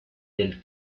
del